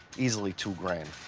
easily two grand.